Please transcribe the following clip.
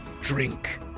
drink